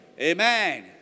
Amen